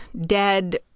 dead